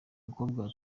mukobwa